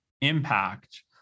impact